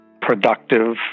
productive